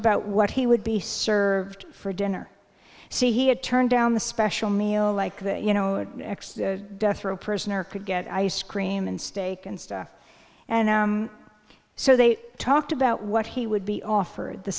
about what he would be served for dinner see he had turned down the special meal like the you know death row prisoner could get ice cream and steak and stuff and so they talked about what he would be offered the